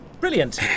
Brilliant